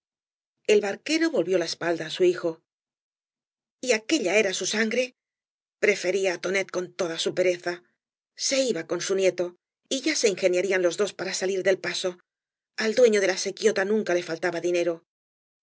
babeo barquero volvió la espalda al hijo y aquella era bu eacgre prefería tonet con toda fiu pereza se iba con bu nieto y ya be ingeniarían lob dos para salir del paso al duefio de la sequíoia nunca le faltaba dinero